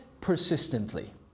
persistently